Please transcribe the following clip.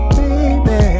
baby